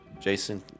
Jason